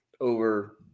over